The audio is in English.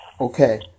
okay